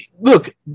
look